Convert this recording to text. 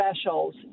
specials